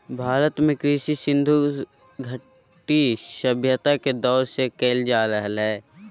भारत में कृषि सिन्धु घटी सभ्यता के दौर से कइल जा रहलय हें